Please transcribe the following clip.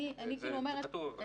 זה כתוב.